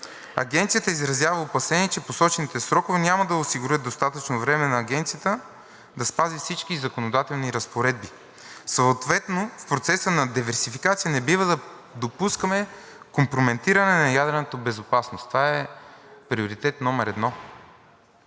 Агенцията изразява опасение, че посочените срокове няма да осигурят достатъчно време на Агенцията да спази всички законодателни разпоредби. В процеса на диверсификация не трябва да допускаме компрометиране на ядрената безопасност. Това е приоритет номер едно.